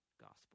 gospel